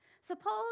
Suppose